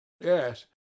yes